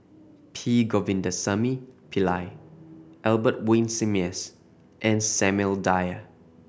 P Govindasamy Pillai Albert Winsemius and Samuel Dyer